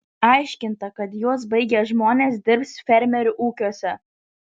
aiškinta kad juos baigę žmonės dirbs fermerių ūkiuose